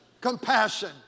Compassion